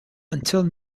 until